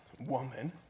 woman